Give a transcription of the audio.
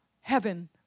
Heaven